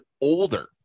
older